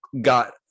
got